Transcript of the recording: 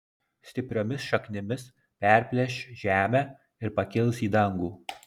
stipriomis šaknimis perplėš žemę ir pakils į dangų